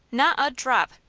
not a drop!